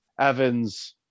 evans